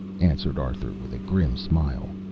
answered arthur with a grim smile.